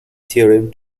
theorem